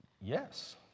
Yes